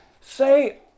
say